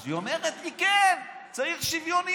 אז היא אומרת לי: כן, צריך שוויוניות.